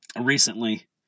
recently